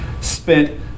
spent